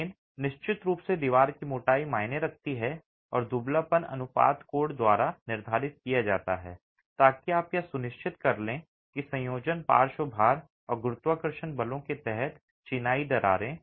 लेकिन निश्चित रूप से दीवार की मोटाई मायने रखती है और दुबलापन अनुपात कोड द्वारा निर्धारित किया जाता है ताकि आप यह सुनिश्चित कर सकें कि संयोजन पार्श्व भार और गुरुत्वाकर्षण बलों के तहत चिनाई दरारें